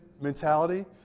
mentality